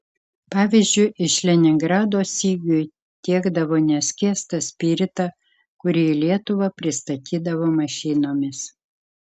pavyzdžiui iš leningrado sigiui tiekdavo neskiestą spiritą kurį į lietuvą pristatydavo mašinomis